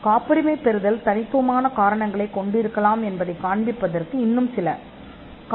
எனவே காப்புரிமை பெற்றிருப்பதைக் காண்பிப்பது சொந்த காரணங்களாகும்